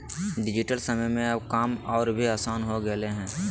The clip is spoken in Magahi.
डिजिटल समय में अब काम और भी आसान हो गेलय हें